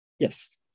Yes